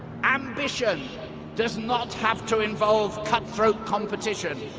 ambition does not have to involve cutthroat competition.